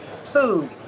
food